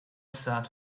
sat